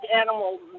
animal